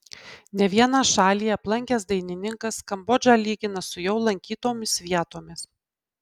ne vieną šalį aplankęs dainininkas kambodžą lygina su jau lankytomis vietomis